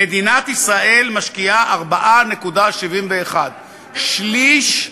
מדינת ישראל משקיעה 4.71%. שליש,